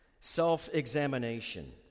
self-examination